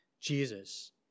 Jesus